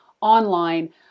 online